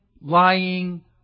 lying